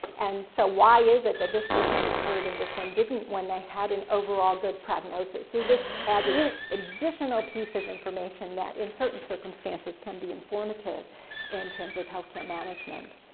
and so why is it that this person recurred and this one didn't when they had an overall good prognosis? so this adds an additional piece of information that, in certain circumstances, can be informative in terms of healthcare management.